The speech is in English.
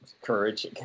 courage